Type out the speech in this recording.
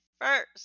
first